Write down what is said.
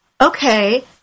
okay